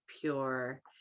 pure